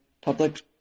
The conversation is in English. public